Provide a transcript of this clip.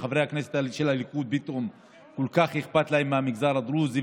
ולחברי הכנסת של הליכוד פתאום כל כך אכפת מהמגזר הדרוזי,